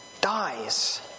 dies